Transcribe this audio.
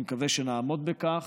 אני מקווה שנעמוד בכך.